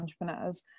entrepreneurs